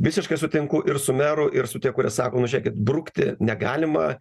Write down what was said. visiškai sutinku ir su meru ir su tie kurie sako nu žiūrėkit brukti negalima